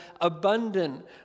abundant